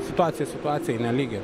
situacija situacijai nelygi